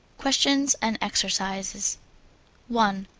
questions and exercises one.